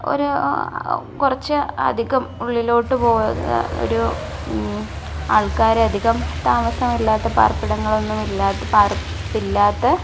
ഒരു കുറച്ച് അധികം ഉള്ളിലോട്ട് ആള്ക്കാര് അധികം താമസം ഇല്ലാത്ത പാർപ്പിടങ്ങളൊന്നും ഇല്ലാത്ത പാർപ്പില്ലാത്ത